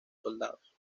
soldados